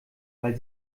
weil